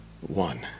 One